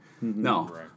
No